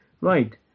Right